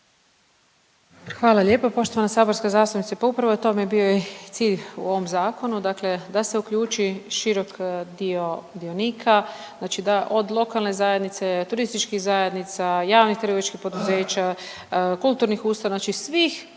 Hvala lijepo poštovana saborska zastupnice. Pa upravo je tome bio i cilj u ovom Zakonu, dakle da se uključi širok dio dionika, znači da od lokalne zajednice, turističkih zajednica, javnih trgovačkih poduzeća, kulturnih ustanova, znači svih